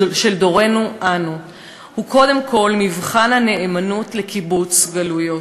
דורנו אנו הוא קודם כול מבחן הנאמנות לקיבוץ גלויות.